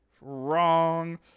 Wrong